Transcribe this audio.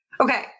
Okay